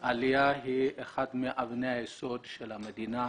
עלייה היא אחת מאבני היסוד של המדינה,